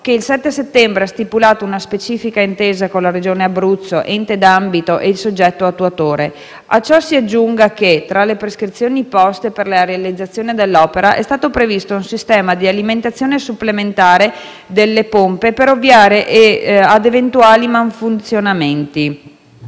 che, il 7 settembre, ha stipulato una specifica intesa con la Regione Abruzzo, l'Ente d'ambito e il soggetto attuatore. A ciò si aggiunga che, tra le prescrizioni poste per la realizzazione dell'opera, è stato previsto un sistema di alimentazione supplementare delle pompe per ovviare ad eventuali malfunzionamenti.